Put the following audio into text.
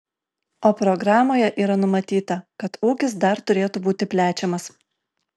o programoje yra numatyta kad ūkis dar turėtų būti plečiamas